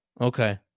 Okay